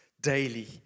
daily